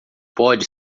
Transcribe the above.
pode